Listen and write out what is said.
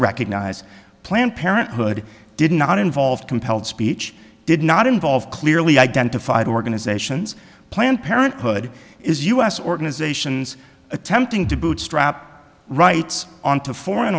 recognize planned parenthood did not involve compelled speech did not involve clearly identified organizations planned parenthood is us organizations attempting to bootstrap rights on to foreign